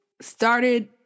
started